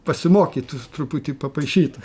pasimokyt tu truputį papaišyt